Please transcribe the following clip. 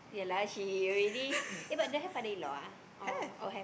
have